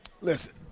listen